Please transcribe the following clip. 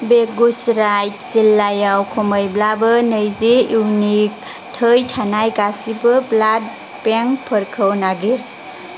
बेगुसराय जिल्लायाव खमैब्लाबो नैजि इउनिट थै थानाय गासिबो ब्लाड बेंकफोरखौ नागिर